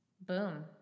Boom